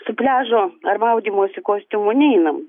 su pliažo ar maudymosi kostiumu neinam